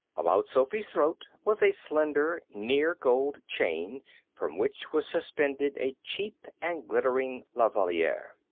about sophy's throat was a slender, near-gold chain from which was suspended a cheap and glittering la valliere.